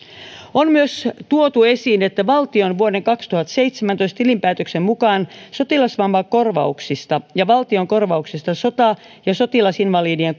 on myös tuotu esiin että valtion vuoden kaksituhattaseitsemäntoista tilinpäätöksen mukaan sotilasvammakorvauksista ja valtion korvauksista sota ja sotilasinvalidien